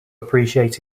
appreciate